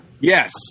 Yes